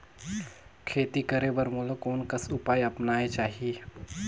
खेती करे बर मोला कोन कस उपाय अपनाये चाही?